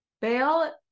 Bail